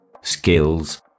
skills